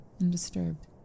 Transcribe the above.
undisturbed